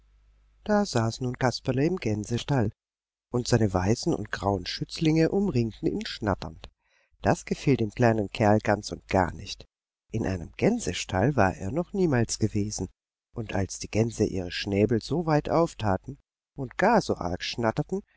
da saß nun kasperle im gänsestall und seine weißen und grauen schützlinge umringten ihn schnatternd das gefiel dem kleinen kerl ganz und gar nicht in einem gänsestall war er noch niemals gewesen und als die gänse ihre schnäbel so weit auftaten und gar so arg schnatterten